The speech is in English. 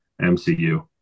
MCU